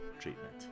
treatment